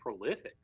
prolific